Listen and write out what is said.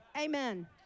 amen